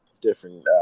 different